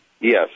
Yes